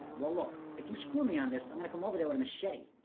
well look, if you screw me on this, i'm gonna come over there with a machete.